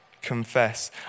confess